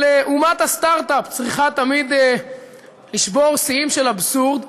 אבל אומת הסטרט-אפ צריכה תמיד לשבור שיאים של אבסורד,